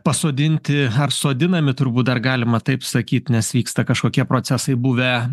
pasodinti ar sodinami turbūt dar galima taip sakyt nes vyksta kažkokie procesai buvę